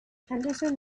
henderson